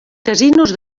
casinos